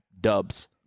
dubs